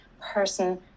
person